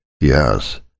Yes